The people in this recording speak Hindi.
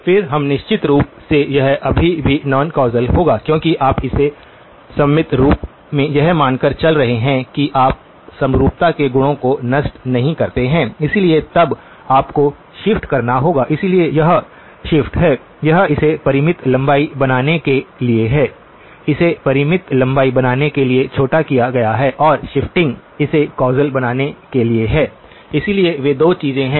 फिर हम निश्चित रूप से यह अभी भी नॉन कौसल होगा क्योंकि आप इसे सममित रूप से यह मानकर चल रहे हैं कि आप समरूपता के गुणों को नष्ट नहीं करते हैं इसलिए तब आपको शिफ्ट करना होगा इसलिए यह शिफ्ट है यह इसे परिमित लंबाई बनाने के लिए है इसे परिमित लंबाई बनाने के लिए छोटा किया गया है और शिफ्टिंग इसे कौसल बनाने के लिए है इसलिए वे 2 चीजें हैं